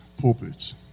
pulpits